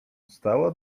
stała